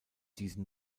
diesen